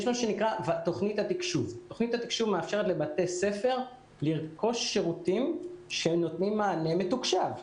תוכנית התקשוב מאפשרת לבתי ספר לרכוש שירותים שנותנים מענה מתוקשב,